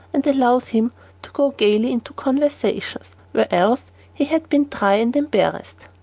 and allows him to go gayly into conversations where else he had been dry and embarrassed.